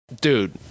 Dude